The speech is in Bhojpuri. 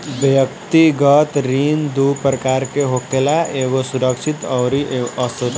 व्यक्तिगत ऋण दू प्रकार के होखेला एगो सुरक्षित अउरी असुरक्षित